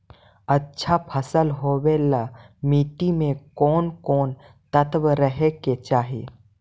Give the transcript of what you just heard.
अच्छा फसल होबे ल मट्टी में कोन कोन तत्त्व रहे के चाही?